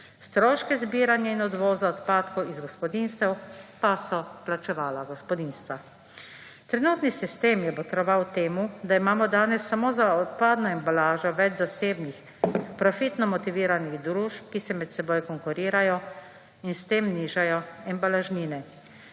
stroške zbiranja in odvoza odpadkov iz gospodinjstev pa so plačevala gospodinjstva. Trenutni sistem je botroval temu, da imamo danes samo za odpadno embalažo več zasebnih profitno motiviranih družb, ki si med seboj konkurirajo in s tem nižajo embalažnine.